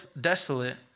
desolate